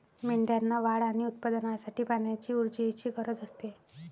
मेंढ्यांना वाढ आणि उत्पादनासाठी पाण्याची ऊर्जेची गरज असते